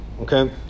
okay